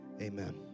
amen